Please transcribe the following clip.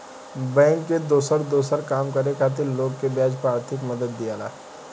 bank से दोसर दोसर काम करे खातिर लोग के ब्याज पर आर्थिक मदद दियाला